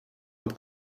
und